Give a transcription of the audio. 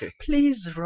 Please